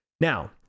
Now